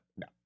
no